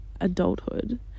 adulthood